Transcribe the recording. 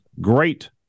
great